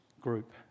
group